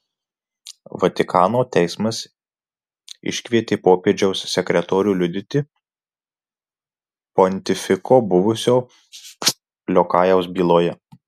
vatikano teismas iškvietė popiežiaus sekretorių liudyti pontifiko buvusio liokajaus byloje